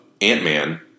Ant-Man